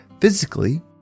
Physically